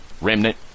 Remnant